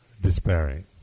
despairing